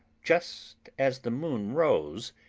just as the moon rose,